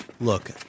look